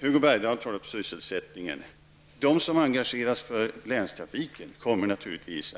Hugo Bergdahl tog upp sysselsättningen. De som engagerats för länstrafiken kommer naturligtvis